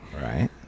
Right